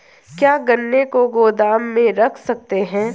क्या गन्ने को गोदाम में रख सकते हैं?